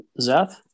Zeth